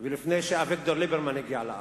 ולפני שאביגדור ליברמן הגיע לארץ.